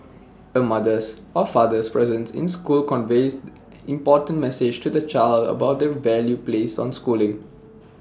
A mother's or father's presence in school conveys important message to the child about the value placed on schooling